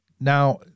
Now